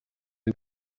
who